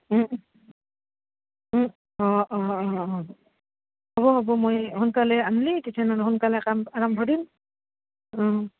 অঁ অঁ অঁ অঁ হ'ব হ'ব মই সোনকালে আনলেই সোনকালে কাম আৰম্ভ দিম